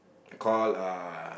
called uh